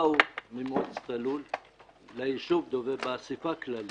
באו ממועצת הלול ליישוב דוב"ב באסיפה כללית,